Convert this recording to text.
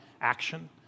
action